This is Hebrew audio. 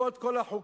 בעקבות כל החוקים